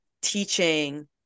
teaching